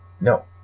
No